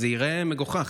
זה ייראה מגוחך.